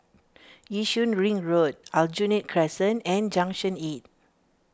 Yishun Ring Road Aljunied Crescent and Junction eight